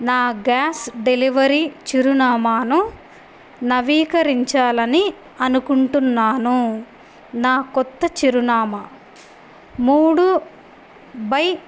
నా gas delivery చిరునామాను నవీకరించాలని అనుకుంటున్నాను నా క్రొత్త చిరునామా మూడు బై